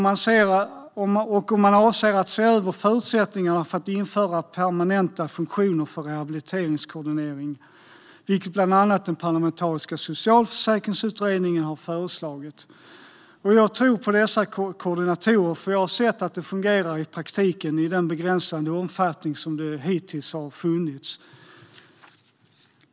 Man avser att se över förutsättningarna för att införa permanenta funktioner för rehabiliteringskoordinering, vilket bland annat den parlamentariska socialförsäkringsutredningen har föreslagit. Jag tror på dessa koordinatorer, för jag har sett att detta fungerar i praktiken i den begränsade omfattning det hittills har funnits.